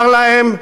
אומר להם: